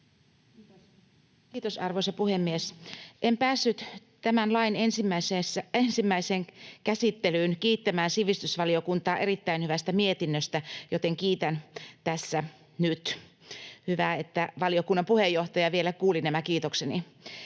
Kiitos, arvoisa puhemies! En päässyt tämän lain ensimmäiseen käsittelyyn kiittämään sivistysvaliokuntaa erittäin hyvästä mietinnöstä, joten kiitän tässä nyt. Hyvä, että valiokunnan puheenjohtaja vielä kuuli nämä kiitokseni.